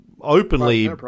openly